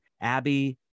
Abby